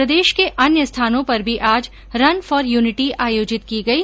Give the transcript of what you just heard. प्रदेश के अन्य स्थानों पर भी आज रन फोर युनिटी आयोजित की गई